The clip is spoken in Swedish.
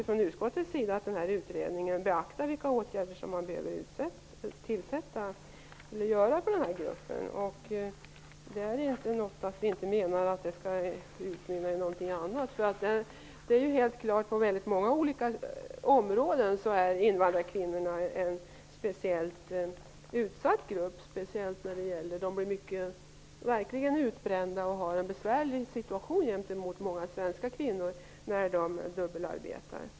Från utskottets sida utgår vi från att utredningen beaktar vilka åtgärder som man behöver vidta för denna grupp. Det betyder inte att vi menar att det skall utmynna i något annat. Helt klart är invandrarkvinnorna en speciellt utsatt grupp på många områden. De blir verkligen utbrända och har en besvärlig situation, jämfört med många svenska kvinnor, när de dubbelarbetar.